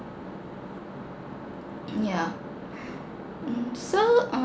yeah um so um